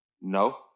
No